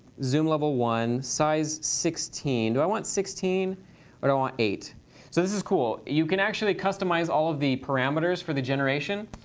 zoom level one, size sixteen. do i want sixteen or do i want eight? so this is cool. you can actually customize all of the parameters for the generation.